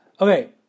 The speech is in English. Okay